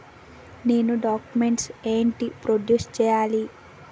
నేను డాక్యుమెంట్స్ ఏంటి ప్రొడ్యూస్ చెయ్యాలి?